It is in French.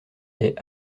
est